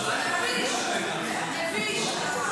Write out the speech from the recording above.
מתבייש.